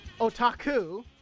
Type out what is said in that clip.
Otaku